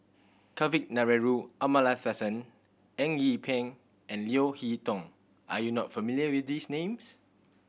Kavignareru Amallathasan Eng Yee Peng and Leo Hee Tong are you not familiar with these names